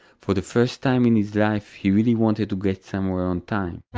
for the first time in his life, he really wanted to get somewhere on time.